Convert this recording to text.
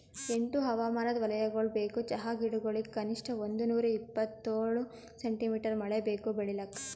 ಎಂಟು ಹವಾಮಾನದ್ ವಲಯಗೊಳ್ ಬೇಕು ಚಹಾ ಗಿಡಗೊಳಿಗ್ ಕನಿಷ್ಠ ಒಂದುನೂರ ಇಪ್ಪತ್ತೇಳು ಸೆಂಟಿಮೀಟರ್ ಮಳೆ ಬೇಕು ಬೆಳಿಲಾಕ್